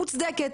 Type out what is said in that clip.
מוצדקת.